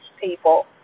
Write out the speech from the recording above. people